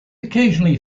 occasionally